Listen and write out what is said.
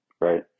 Right